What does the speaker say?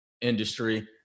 industry